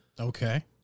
Okay